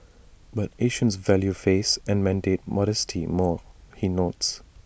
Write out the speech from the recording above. but Asians value face and mandate modesty more he notes